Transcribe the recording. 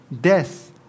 death